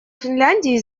финляндии